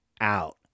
out